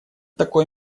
такое